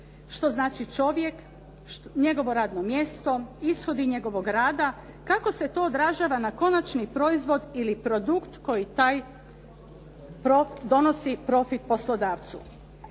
što znači čovjek, njegovo radno mjesto, ishodi njegovog rada, kako se to odražava na konačni proizvod ili produkt koji donosi profit poslodavcu.